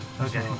Okay